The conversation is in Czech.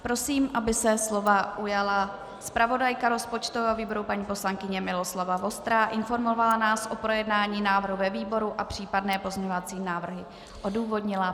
Prosím, aby se slova ujala zpravodajka rozpočtového výboru paní poslankyně Miloslava Vostrá, informovala nás o projednání návrhu ve výboru a případné pozměňovací návrhy odůvodnila.